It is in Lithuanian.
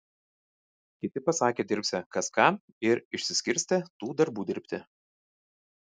kiti pasakė dirbsią kas ką ir išsiskirstė tų darbų dirbti